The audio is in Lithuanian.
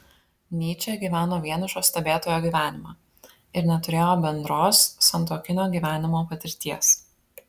nyčė gyveno vienišo stebėtojo gyvenimą ir neturėjo bendros santuokinio gyvenimo patirties